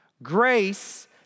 Grace